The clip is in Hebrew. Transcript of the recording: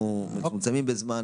אנחנו מצומצמים בזמן.